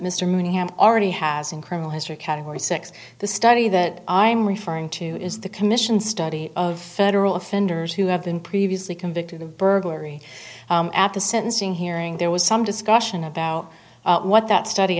have already has in criminal history category six the study that i am referring to is the commission study of federal offenders who have been previously convicted of burglary at the sentencing hearing there was some discussion about what that study